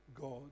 God